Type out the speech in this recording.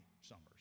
Summers